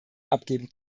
abgeben